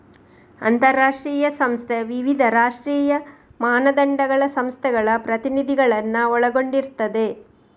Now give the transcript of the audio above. ಅಂತಾರಾಷ್ಟ್ರೀಯ ಸಂಸ್ಥೆ ವಿವಿಧ ರಾಷ್ಟ್ರೀಯ ಮಾನದಂಡಗಳ ಸಂಸ್ಥೆಗಳ ಪ್ರತಿನಿಧಿಗಳನ್ನ ಒಳಗೊಂಡಿರ್ತದೆ